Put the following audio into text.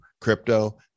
crypto